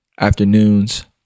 afternoons